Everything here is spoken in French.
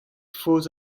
faux